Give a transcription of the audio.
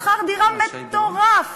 שכר-דירה מטורף